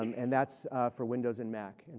um and that's for windows and mac. and